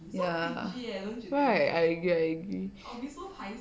ya right I agree I agree